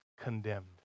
condemned